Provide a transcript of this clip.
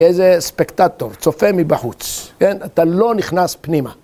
איזה ספקטטור, צופה מבחוץ, כן? אתה לא נכנס פנימה.